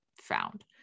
found